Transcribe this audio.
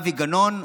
אבי גנון,